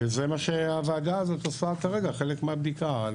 וזה מה שהוועדה הזאת עושה כרגע, חלק מהבדיקה.